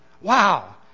wow